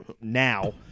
Now